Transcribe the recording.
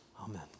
Amen